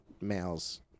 males